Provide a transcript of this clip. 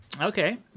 Okay